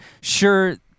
sure